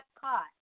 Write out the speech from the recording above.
caught